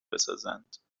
بسازند